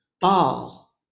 ball